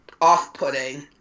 off-putting